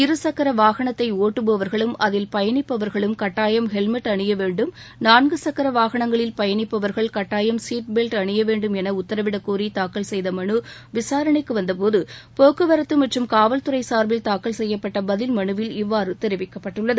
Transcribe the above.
இருசக்கர வாகனத்தை ஒட்டுபவர்களும் அதில் பயணிப்பவர்களும் கட்டாயம் ஹெல்மெட் அணிய வேண்டும் நான்கு சக்கர வாகனங்களில் பயணிப்பவர்கள் கட்டாயம் சீட்பெல்ட் அணிய வேண்டும் என உத்தரவிடக் கோரி தாக்கல் செய்த மனு விசாரணைக்கு வந்த போது போக்குவரத்து மற்றும் காவல்துறை சார்பில் தூக்கல் செய்யப்பட்ட பதில் மனுவில் இவ்வாறு தெரிவிக்கப்பட்டுள்ளது